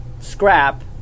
scrap